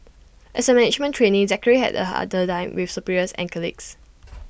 as A management trainee Zachary had A harder time with superiors and colleagues